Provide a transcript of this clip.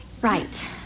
Right